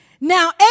Now